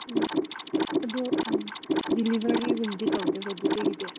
ꯎꯝ ꯑꯗꯣ ꯎꯝ ꯗꯤꯂꯤꯕꯔꯤꯒꯨꯝꯕꯗꯤ ꯇꯧꯗꯦꯀꯣ ꯑꯗꯨꯗꯒꯤꯗꯤ